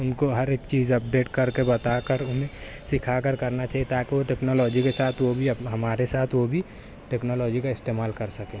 ان کو ہر ایک چیز اپڈیٹ کر کے بتا کر انہیں سکھا کر کرنا چاہیے تاکہ وہ ٹیکنالوجی کے ساتھ وہ بھی اپنا ہمارے ساتھ وہ بھی ٹیکنالوجی کا استعمال کر سکیں